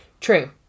True